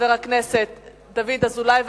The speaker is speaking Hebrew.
חבר הכנסת דוד אזולאי,